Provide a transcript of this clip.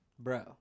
Bro